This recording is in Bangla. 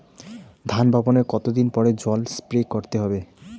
ধান বপনের কতদিন পরে জল স্প্রে করতে হবে?